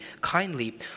kindly